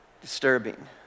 disturbing